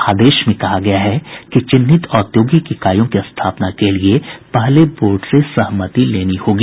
आदेश में कहा गया है कि चिन्हित ओद्यौगिक इकाईयों की स्थापना के लिए पहले बोर्ड से सहमति लेनी होगी